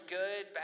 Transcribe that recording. good